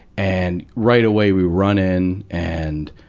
and right away we run in, and,